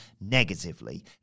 negatively